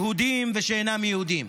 יהודים ושאינם יהודים: